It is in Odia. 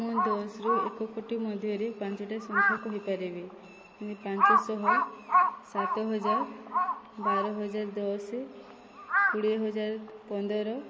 ମୁଁ ଦଶରୁ ଏକ କୋଟି ମଧ୍ୟରେ ପାଞ୍ଚଟା ସଂଖ୍ୟା କହିପାରିବି ପାଞ୍ଚଶହ ସାତ ହଜାର ବାର ହଜାର ଦଶ କୋଡ଼ିଏ ହଜାର ପନ୍ଦର